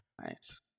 nice